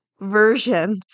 version